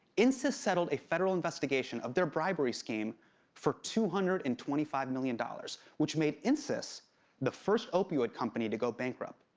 insys settled a federal investigation of their bribery scheme for two hundred and twenty five million dollars, which made insys the first opioid company to go bankrupt.